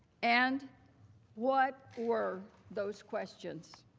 and what were those questions?